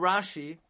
Rashi